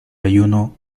ayuno